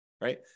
right